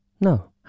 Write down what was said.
no